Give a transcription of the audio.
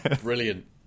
Brilliant